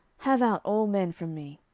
have out all men from me.